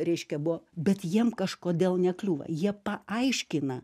reiškia buvo bet jiem kažkodėl nekliūva jie paaiškina